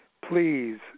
please